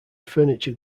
furniture